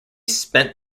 spent